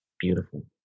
Beautiful